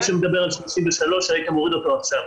מי שמדבר על 1933 הייתי מוריד אותו עכשיו.